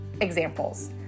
examples